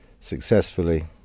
successfully